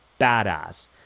badass